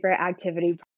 activity